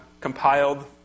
compiled